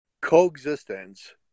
coexistence